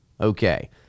Okay